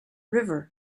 river